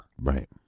Right